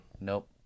Nope